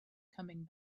coming